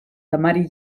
temari